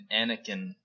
Anakin